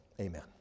Amen